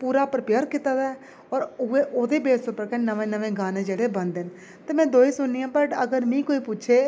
पूरा प्रपेयर कीते दा ऐ होर उ'ऐ उदे बेस पर गै नमें नमें जेह्ड़े गाने बनदे न ते में दोए सुननी आं पर अगर मीं कोई पुच्छै